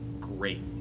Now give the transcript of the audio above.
great